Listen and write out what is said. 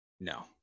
no